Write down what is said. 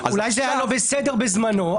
אולי זה היה לא בסדר בזמנו,